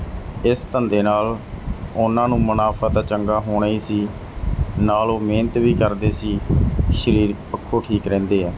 ਇਸ ਧੰਦੇ ਨਾਲ ਉਹਨਾਂ ਨੂੰ ਮੁਨਾਫਾ ਤਾਂ ਚੰਗਾ ਹੋਣਾ ਹੀ ਸੀ ਨਾਲ ਉਹ ਮਿਹਨਤ ਵੀ ਕਰਦੇ ਸੀ ਸਰੀਰ ਪੱਖੋਂ ਠੀਕ ਰਹਿੰਦੇ ਆ